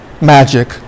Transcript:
magic